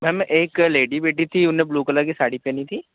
ma'am एक lady बैठी थी उन्होंने ब्लू कलर की साड़ी पहनी थी